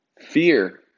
Fear